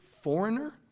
foreigner